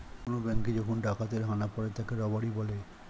কোন ব্যাঙ্কে যখন ডাকাতের হানা পড়ে তাকে রবারি বলে